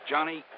Johnny